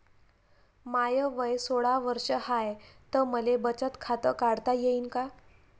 माय वय सोळा वर्ष हाय त मले बचत खात काढता येईन का?